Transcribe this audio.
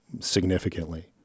significantly